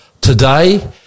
today